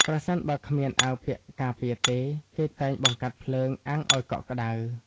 ប្រសិនបើគ្មានអាវពាក់ការពារទេ គេតែងបង្កាត់ភ្លើងអាំងឲ្យកក់ក្ដៅ ។